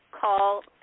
call